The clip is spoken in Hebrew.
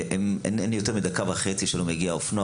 אין יותר מדקה וחצי שלא מגיע אופנוע